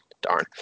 Darn